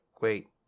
wait